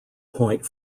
point